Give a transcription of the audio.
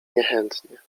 niechętnie